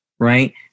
right